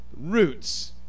roots